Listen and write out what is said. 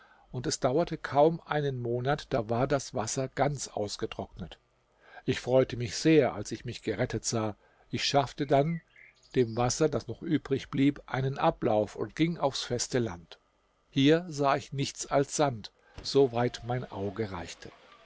und es dauerte kaum einen monat da war das wasser ganz ausgetrocknet ich freute mich sehr als ich mich gerettet sah ich schaffte dann dem wasser das noch übrig blieb einen ablauf und ging aufs feste land hier sah ich nichts als sand so weit mein auge reichte